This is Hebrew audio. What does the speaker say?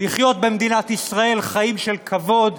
לחיות במדינת ישראל חיים של כבוד,